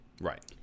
Right